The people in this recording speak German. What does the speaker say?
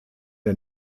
der